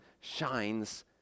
shines